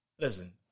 listen